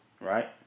Right